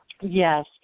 Yes